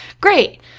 great